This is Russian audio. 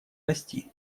расти